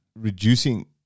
reducing